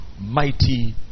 mighty